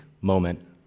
moment